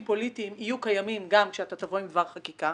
פוליטיים יהיו קיימים גם כשאתה תבוא עם דבר חקיקה.